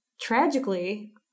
tragically